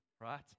right